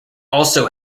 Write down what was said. also